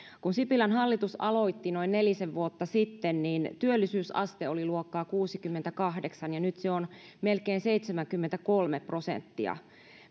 kun sipilän hallitus aloitti nelisen vuotta sitten niin työllisyysaste oli luokkaa kuusikymmentäkahdeksan ja nyt se on melkein seitsemänkymmentäkolme prosenttia